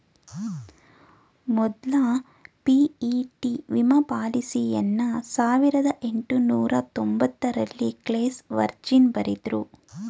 ಮೊದ್ಲ ಪಿ.ಇ.ಟಿ ವಿಮಾ ಪಾಲಿಸಿಯನ್ನ ಸಾವಿರದ ಎಂಟುನೂರ ತೊಂಬತ್ತರಲ್ಲಿ ಕ್ಲೇಸ್ ವರ್ಜಿನ್ ಬರೆದ್ರು